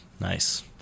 Nice